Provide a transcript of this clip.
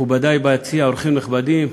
מכובדי ביציע, אורחים נכבדים,